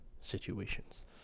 situations